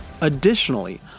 Additionally